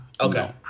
Okay